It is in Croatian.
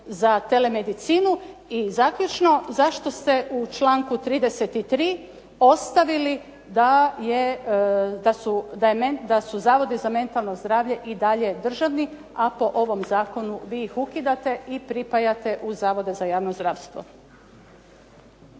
za telemedicinu. I zaključno, zašto ste u članku 33. ostavili da su zavodi za mentalno zdravlje i dalje državni ako ovim zakonom vi ih ukidate i pripajate u zavode za javno zdravstvo?